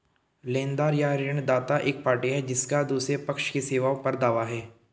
लेनदार या ऋणदाता एक पार्टी है जिसका दूसरे पक्ष की सेवाओं पर दावा है